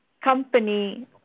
company